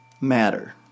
Matter